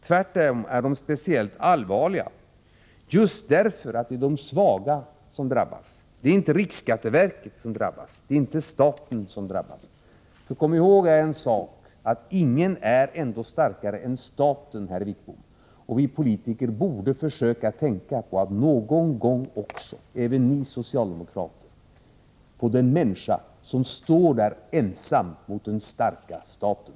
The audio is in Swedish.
Tvärtom är det speciellt allvarliga brott just därför att det är den svage som drabbas. Det är inte riksskatteverket som drabbas, det är inte staten som drabbas. Så kom ihåg en sak, att ingen ändå är starkare än staten, herr Wickbom. Vi politiker borde försöka tänka någon gång, även ni socialdemokrater, på den människa som står där ensam mot den starka staten.